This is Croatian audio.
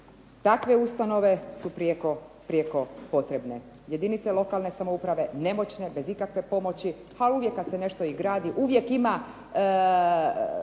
Takve ustanove su prijeko potrebne. Jedinice lokalne samouprave nemoćne bez ikakve pomoći, a uvijek kad se nešto i gradi uvijek ima